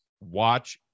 Watch